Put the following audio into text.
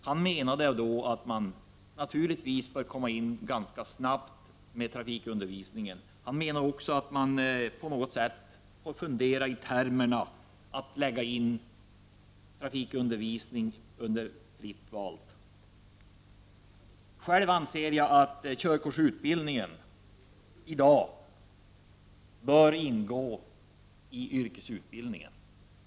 Han menade att man naturligtvis bör komma in ganska snabbt med trafikundervisning och fundera kring att lägga in det under fritt valt. Jag anser att körkortsutbildningen i dag bör ingå i yrkesutbildningen.